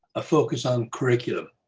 a focus on curriculum.